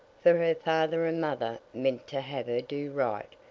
for her father and mother meant to have her do right,